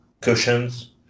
cushions